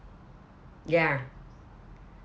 ya